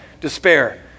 despair